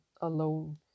alone